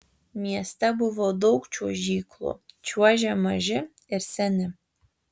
mieste buvo daug čiuožyklų čiuožė maži ir seni